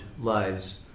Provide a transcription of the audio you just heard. lives